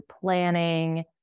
planning